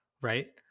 Right